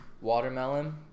Watermelon